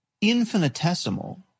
infinitesimal